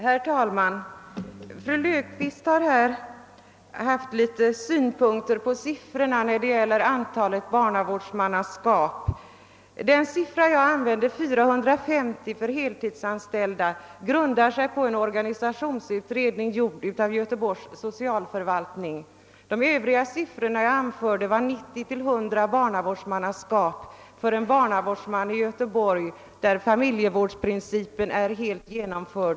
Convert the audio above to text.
Herr talman! Fru Löfqvist har anfört vissa synpunkter på siffrorna för barnavårdsmannaskap. Den siffra jag nämnde — 450 för heltidsanställda — grundar sig på en organisationsutredning, gjord av Göteborgs socialförvaltning. De övriga siffrorna jag anförde var 90 till 100 barnavårdsmannaskap för en barnavårdsman i Göteborg, där familjevårdsprincipen är helt genomförd.